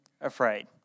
afraid